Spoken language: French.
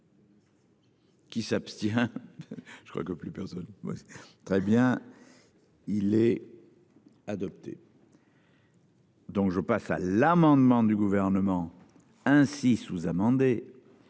Qui s'abstient. Je crois que plus personne. Oui très bien. Il est. Adopté. Donc je passe à l'amendement du gouvernement. Ainsi sous-amendé.